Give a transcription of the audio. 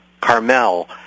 Carmel